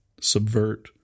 subvert